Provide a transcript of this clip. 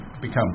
Become